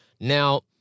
Now